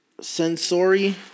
Sensory